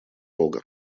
рога